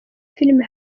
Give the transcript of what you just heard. filime